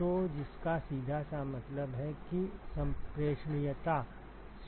तो जिसका सीधा सा मतलब है कि संप्रेषणीयता 0 है